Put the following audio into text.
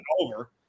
over